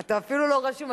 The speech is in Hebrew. אתה אפילו לא רשום.